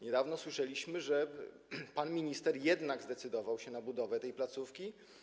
Niedawno słyszeliśmy, że pan minister jednak zdecydował się na budowę tej placówki.